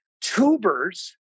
Tubers